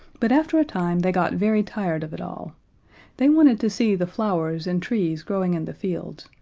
but after a time they got very tired of it all they wanted to see the flowers and trees growing in the fields,